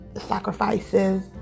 sacrifices